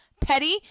petty